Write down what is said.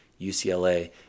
UCLA